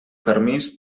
permís